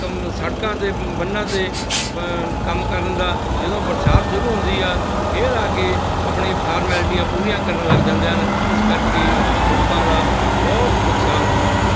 ਕੰਮ ਸੜਕਾਂ ਦੇ ਬੰਨ੍ਹਾਂ ਦੇ ਪ ਕੰਮ ਕਰਨ ਦਾ ਜਦੋਂ ਬਰਸਾਤ ਸ਼ੁਰੂ ਹੁੰਦੀ ਹੈ ਫੇਰ ਆ ਕੇ ਆਪਣੀ ਫਾਰਮੈਲਟੀਆਂ ਪੂਰੀਆਂ ਕਰਨ ਲੱਗ ਜਾਂਦੇ ਹਨ ਇਸ ਕਰਕੇ ਲੋਕਾਂ ਦਾ ਬਹੁਤ ਨੁਕਸਾਨ ਹੁੰਦਾ ਹੈ